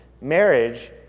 marriage